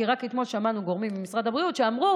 כי רק אתמול שמענו גורמים ממשרד הבריאות שאמרו